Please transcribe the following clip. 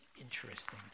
interesting